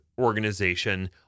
organization